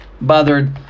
bothered